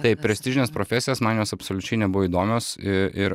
taip prestižinės profesijos man jos absoliučiai nebuvo įdomios ė ir